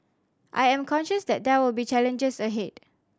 I am conscious that there will be challenges ahead